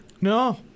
No